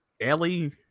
Ellie